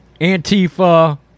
Antifa